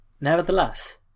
Nevertheless